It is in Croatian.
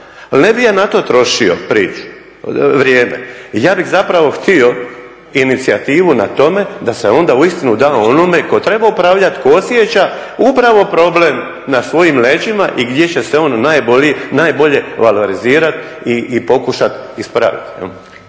ne bih ja na to trošio priču, vrijeme. Ja bih zapravo htio inicijativu na tome da se onda uistinu da onome tko treba upravljati, tko osjeća upravo problem na svojim leđima i gdje će se on najbolje valorizirati i pokušati ispraviti